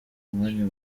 umwanya